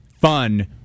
fun